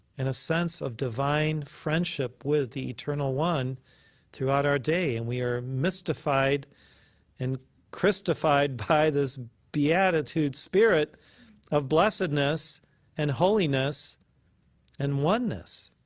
and a sense of divine friendship with the eternal one throughout our day. and we are mystified and christified by this beatitude spirit of blessedness and holiness and oneness,